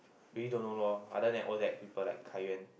really don't know lor other than Odac people like Kai-Yuan